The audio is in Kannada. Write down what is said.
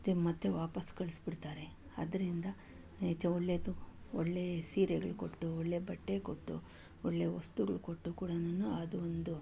ಮತ್ತೆ ವಾಪಸ್ ಕಳಿಸ್ಬಿಡ್ತಾರೆ ಆದ್ದರಿಂದ ನಿಜ ಒಳ್ಳೇದು ಒಳ್ಳೆ ಸೀರೆಗಳು ಕೊಟ್ಟು ಒಳ್ಳೆ ಬಟ್ಟೆ ಕೊಟ್ಟು ಒಳ್ಳೆ ವಸ್ತುಗಳು ಕೊಟ್ಟರೂ ಕೂಡನು ಅದೊಂದು